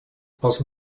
pels